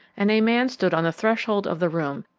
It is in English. and a man stood on the threshold of the room,